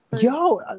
Yo